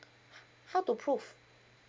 how to prove